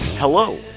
Hello